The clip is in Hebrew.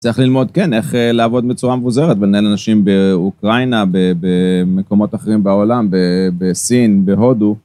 צריך ללמוד, כן, איך לעבוד בצורה מבוזרת, ולנהל אנשים באוקראינה, במקומות אחרים בעולם, בסין, בהודו.